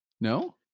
no